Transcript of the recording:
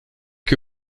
que